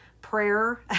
prayer